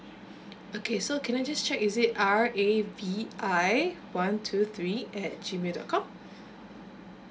okay so can I just check is it R A V I one two three at G mail dot com